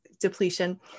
depletion